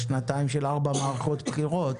בשנתיים של ארבע מערכות בחירות,